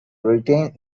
retained